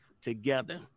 together